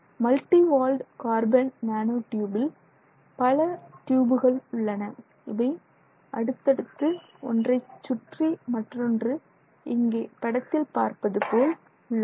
multi walled carbon nano டியூபில் பல டியூபுகள் உள்ளன இவை அடுத்தடுத்து ஒன்றைச் சுற்றி மற்றொன்று இங்கே படத்தில் பார்ப்பது போல் உள்ளன